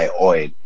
oil